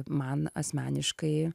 man asmeniškai